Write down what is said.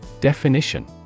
Definition